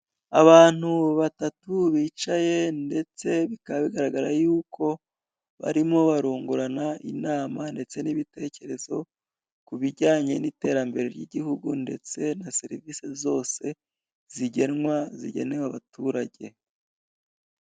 Abantu batatu bicaye ndetse bikaba bigaragara yuko barimo barungurana inama ndetse n'ibitekerezo ku bijyanye n'iterambere ry'igihugu, ndetse na serivisi zose zigenwa zigenewe abaturage.